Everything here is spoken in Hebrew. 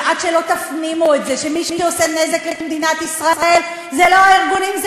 ועד שלא תפנימו את זה שמי שעושה נזק למדינת ישראל אלו לא הארגונים,